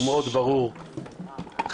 מאוד ברור וחד: